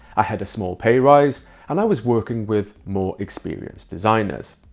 i had a small pay rise and i was working with more experienced designers.